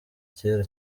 cyera